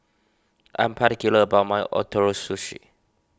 I am particular about my Ootoro Sushi